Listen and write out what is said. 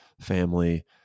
family